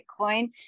Bitcoin